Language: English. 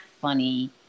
funny